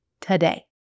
today